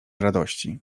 radości